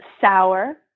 sour